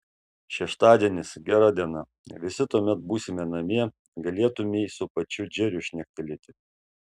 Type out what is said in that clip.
šeštadienis gera diena visi tuomet būsime namie galėtumei su pačiu džeriu šnektelėti